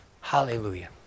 Hallelujah